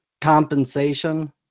compensation